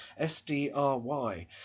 SDRY